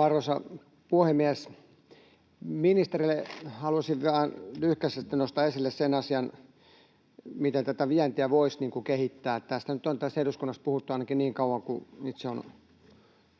Arvoisa puhemies! Ministerille halusin vain lyhkäisesti nostaa esille sen asian, miten tätä vientiä voisi kehittää. Tästä nyt on tässä eduskunnassa puhuttu ainakin niin kauan kuin itse olen